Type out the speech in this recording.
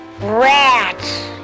Rats